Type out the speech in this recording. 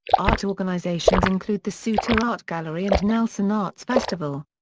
art organisations include the suter art gallery and nelson arts festival.